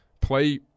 play